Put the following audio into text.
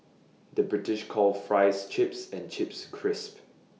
the British calls Fries Chips and Chips Crisps